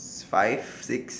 five six